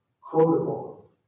quotable